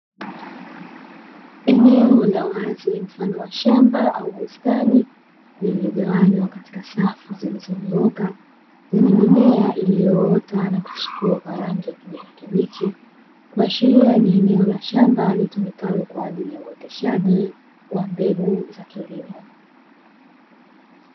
Eneo la wazi mfano wa shamba au bustani lililogawanywa katika safu zilizonyooka yenye mimea iliyo ota na kuchipua kwa rangi kijani kibichi. Kuashiria ni eneo la shamba litumikalo kwa ajili ya uoteshaji wa mbegu za kilimo.